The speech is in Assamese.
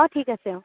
অ' ঠিক আছে অ'